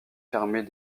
fermées